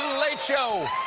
late show.